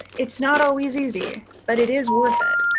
it's not always easy, but it is worth it.